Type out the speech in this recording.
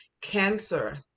Cancer